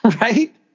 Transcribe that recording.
right